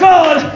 God